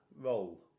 Roll